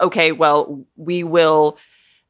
ok, well, we will